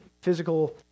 physical